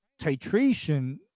titration